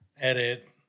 Edit